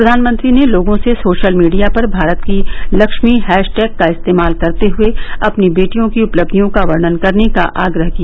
प्रधानमंत्री ने लोगों से सोशल मीडिया पर भारत की लक्ष्मी हैशटैग का इस्तेमाल करते हुए अपनी बेटियों की उपलब्धियों का वर्णन करने का आग्रह किया